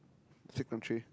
sick country